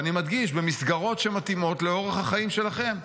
ואני מדגיש: במסגרות שמתאימות לאורח החיים שלכם.